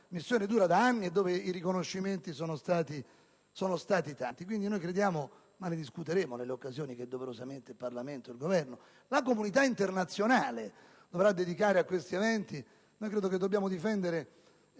missione dura da anni e dove i riconoscimenti sono stati tanti. Crediamo quindi (ma ne discuteremo nelle occasioni che doverosamente il Parlamento, il Governo e la comunità internazionale dovranno dedicare a tali eventi) che dobbiamo difendere